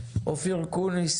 אופיר אקוניס,